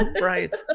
Right